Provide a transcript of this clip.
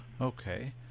Okay